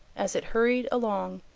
as it hurried along,